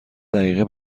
دقیقه